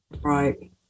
right